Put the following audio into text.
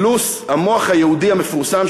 פלוס המוח היהודי המפורסם,